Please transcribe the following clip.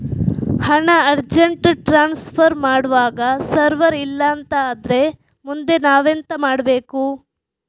ಹಣ urgent transfer ಮಾಡ್ವಾಗ server ಇಲ್ಲಾಂತ ಆದ್ರೆ ಮುಂದೆ ನಾವೆಂತ ಮಾಡ್ಬೇಕು?